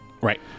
Right